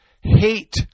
hate